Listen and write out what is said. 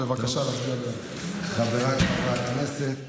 חבריי חברי הכנסת,